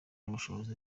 n’ubushobozi